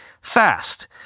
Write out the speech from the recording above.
fast